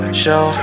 show